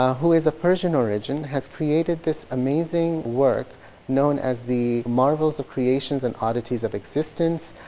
who is of persian origin, has created this amazing work known as the marvels of creation and oddities of existence.